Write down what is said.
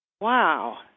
Wow